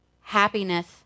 happiness